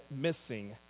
missing